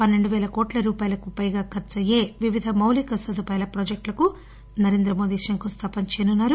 పన్నెండు పేల కోట్ల రూపాయలకు పైగా ఖర్చయ్యే వివిధ మౌలిక సదుపాయాల ప్రాజెక్టులకు నరేంద్రమోదీ శంకుస్థాపన చేయనున్నారు